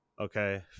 okay